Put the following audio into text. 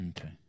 okay